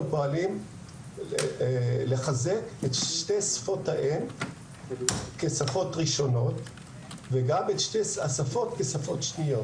אנחנו פועלים לחזק את שתי שפות האם כשפות ראשונות וכשפות שניות.